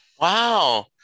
Wow